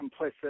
complicit